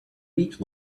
beach